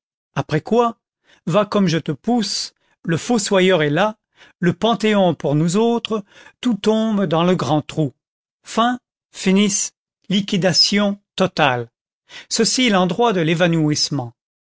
après quoi va comme je te pousse le fossoyeur est là le panthéon pour nous autres tout tombe dans le grand trou fin finis liquidation totale ceci est l'endroit de l'évanouissement